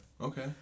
Okay